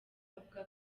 avuga